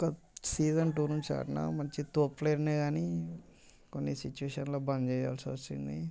ఒక season two నుంచి ఆడినా మంచి తోపు ప్లేయరనే అని కొన్ని సిచువేషన్స్లో బంద్ చేయాల్సొచ్చింది